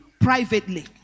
privately